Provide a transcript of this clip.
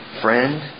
friend